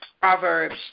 Proverbs